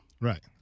Right